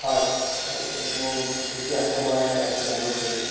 offer এই মোৰ কি কি আছে মই সেইটো জানিব বিচাৰিছোঁ